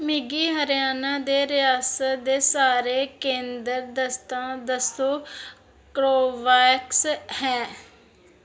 मिगी हरयाणा दे रियासत दे सारे केंदर दस्सतां दस्सो जित्थै कोवोवैक्स है